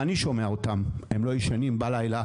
אני שומע אותם הם לא ישנים בלילה,